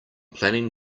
planning